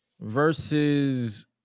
versus